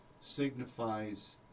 signifies